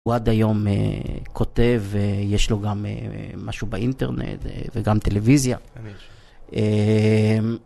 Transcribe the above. הוא עד היום כותב ויש לו גם משהו באינטרנט וגם טלוויזיה.